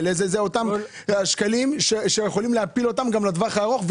האלה יכולים להפיל אותם גם לטווח הארוך.